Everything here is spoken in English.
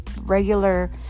regular